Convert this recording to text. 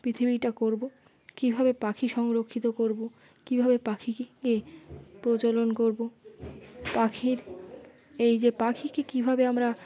পৃথিবীটা করব কীভাবে পাখি সংরক্ষিত করব কীভাবে পাখিকে এ প্রচলন করব পাখির এই যে পাখিকে কীভাবে আমরা